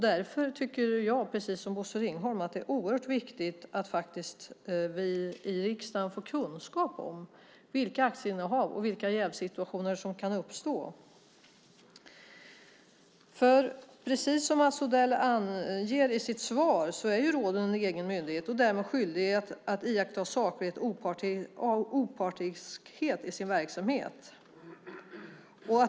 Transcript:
Därför tycker jag, precis som Bosse Ringholm, att det är oerhört viktigt att vi i riksdagen faktiskt får kunskap om aktieinnehav och om vilka jävssituationer som kan uppstå. Precis som Mats Odell anger i sitt svar är rådet en egen myndighet och därmed skyldigt att iaktta saklighet och opartiskhet i sin verksamhet.